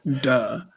Duh